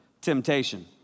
temptation